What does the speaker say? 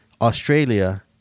Australia